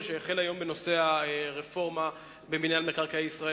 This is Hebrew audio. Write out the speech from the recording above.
שהחל היום בנושא הרפורמה במינהל מקרקעי ישראל.